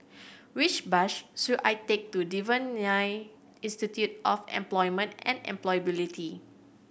which bus should I take to Devan Nair Institute of Employment and Employability